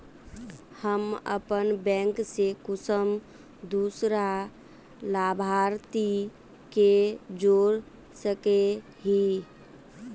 हम अपन बैंक से कुंसम दूसरा लाभारती के जोड़ सके हिय?